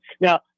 Now